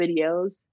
videos